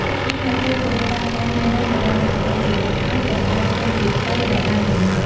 ហេតុនេះហើយ ត្រូវគោរពតាមការណែនាំរបស់មគ្គុទ្ទេសក៍ជានិច្ច ហើយកុំដើរចេញពីផ្លូវដែលបានកំណត់។